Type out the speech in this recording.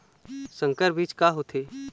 संकर बीज का होथे?